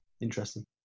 interesting